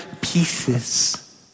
pieces